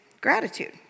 gratitude